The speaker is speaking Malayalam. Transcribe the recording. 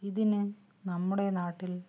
ഇതിന് നമ്മുടെ നാട്ടിൽ